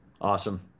Awesome